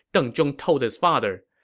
deng zhong told his father,